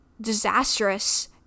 disastrous